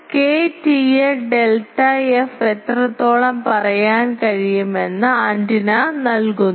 അതിനാൽ K TA delta f എത്രത്തോളം പറയാൻ കഴിയുമെന്ന് ആന്റിന നൽകുന്നു